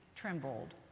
trembled